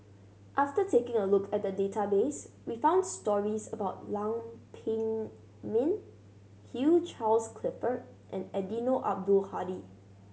after taking a look at the database we found stories about Lam Pin Min Hugh Charles Clifford and Eddino Abdul Hadi